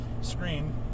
screen